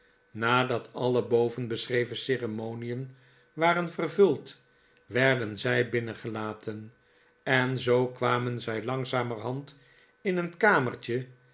nadat alle boven beschreven ceremonien waren vervuld werden zij binnengelaten en zoo kwamen zij langzamerhand in een kamertje